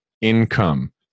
income